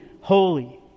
holy